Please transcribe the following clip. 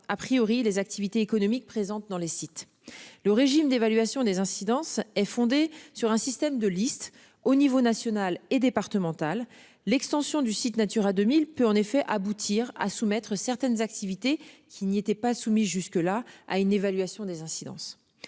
a priori les activités économiques présentes dans les sites. Le régime d'évaluation des incidences est fondé sur un système de liste au niveau national et départemental, l'extension du site Natura 2000 peut en effet aboutir à soumettre certaines activités qu'n'y était pas soumis jusque-là à une évaluation des incidences